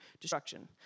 destruction